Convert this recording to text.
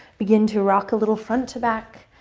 begin to rock a little front to back.